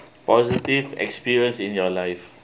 positive experience in your life